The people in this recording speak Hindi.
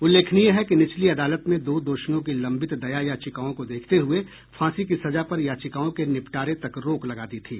उल्लेखनीय है कि निचली अदालत ने दो दोषियों की लंबित दया याचिकाओं को देखते हुये फांसी की सजा पर याचिकाओं के निपटारे तक रोक लगा दी थी